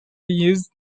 use